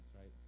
right